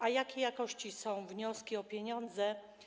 A jakiej jakości są wnioski o pieniądze?